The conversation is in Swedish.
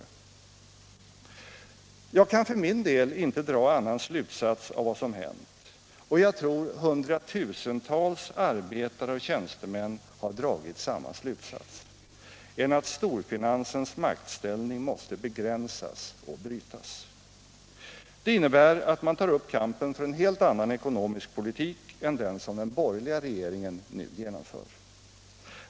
Jag kan för min del inte dra annan slutsats av vad som hänt — och jag tror att hundratusentals arbetare och tjänstemän har dragit samma slutsats — än att storfinansens maktställning måste begränsas och brytas. Det innebär att man tar upp kampen för en helt annan ekonomisk politik än den som den borgerliga regeringen nu genomför.